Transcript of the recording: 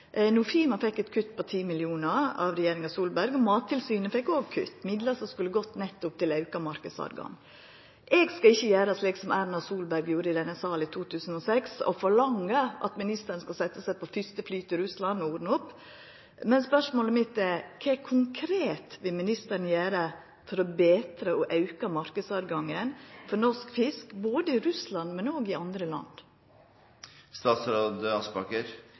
Nofima fekk eit kutt på 10 mill. kr av regjeringa Solberg, Mattilsynet fekk òg kutt – midlar som skulle gått nettopp til auka marknadstilgang. Eg skal ikkje gjera slik som Erna Solberg gjorde i denne salen i 2006, å forlanga at ministeren skal setja seg på første fly til Russland og ordna opp. Spørsmålet mitt er: Kva konkret vil ministeren gjera for å betra og auka marknadstilgangen for norsk fisk i Russland, men òg i andre